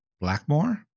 Blackmore